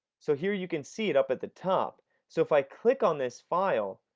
so here you can see it up at the top so if i click on this file,